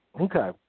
Okay